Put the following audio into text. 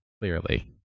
Clearly